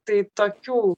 tai tokių